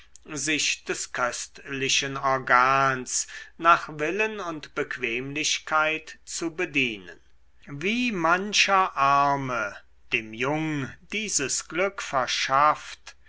sich des köstlichen organs nach willen und bequemlichkeit zu bedienen wie mancher arme dem jung dieses glück verschafft